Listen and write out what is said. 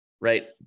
Right